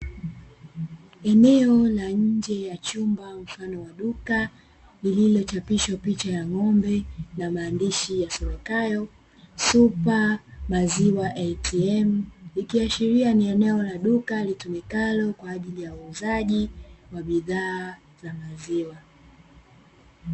Eneo la nje ya chumba mfano wa duka, liliochapishwa picha ya ng'ombe na maandishi yasomekayo "supa maziwa ATM", ikiashiria ni eneo la duka litumikalo kwa ajili ya uuzaji wa bidhaa za maziwa.